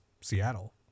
seattle